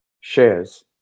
shares